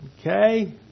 Okay